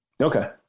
Okay